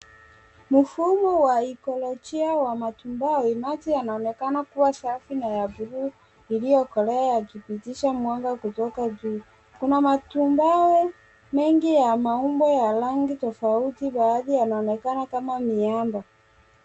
Mfumo wa ikolojia wa matumbao, maji yanaonekana kuwa safi na ya buluu iliyokolea yakipitisha mwanga kutoka juu. Kuna matumbao mengi ya maumbo ya rangi tofauti. Baadhi yanaonekana kama miamba.